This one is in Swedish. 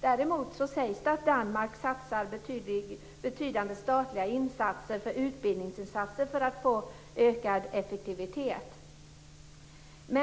Däremot sägs det att Danmark gör betydande statliga insatser för utbildning för att få en ökad effektivitet. Det